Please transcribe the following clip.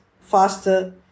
faster